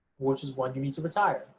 which is when you need to retire.